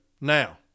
now